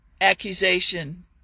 accusation